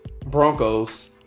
Broncos